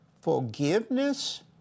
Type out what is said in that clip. forgiveness